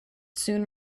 soon